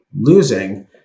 losing